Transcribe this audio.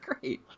great